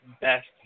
best